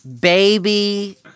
baby